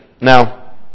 Now